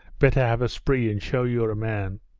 better have a spree and show you're a man